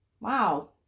wow